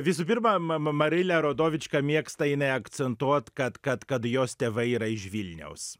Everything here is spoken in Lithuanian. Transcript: visų pirma m marilė rodovič ką mėgsta akcentuot kad kad kad jos tėvai yra iš vilniaus